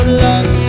love